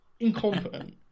incompetent